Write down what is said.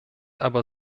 aber